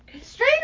Straight